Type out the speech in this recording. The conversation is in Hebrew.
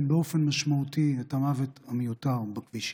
באופן משמעותי את המוות המיותר בכבישים.